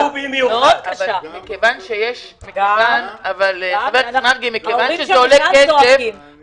מכיוון שזה עולה כסף,